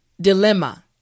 Dilemma